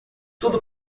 tudo